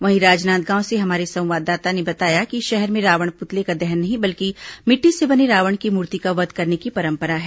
वहीं राजनांदगांव से हमारे संवाददाता ने बताया कि शहर में रावण पुतले का दहन नहीं बल्कि मिट्टी से बने रावण की मूर्ति का वध करने की परंपरा है